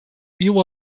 viu